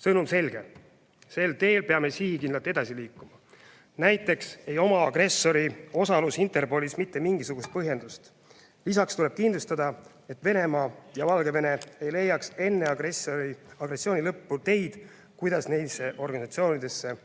Sõnum on selge: sel teel peame sihikindlalt edasi liikuma. Näiteks ei ole agressori osalusele Interpolis mitte mingisugust põhjendust. Lisaks tuleb kindlustada, et Venemaa ja Valgevene ei leiaks enne agressiooni lõppu teid, kuidas neisse organisatsioonidesse